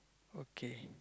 okay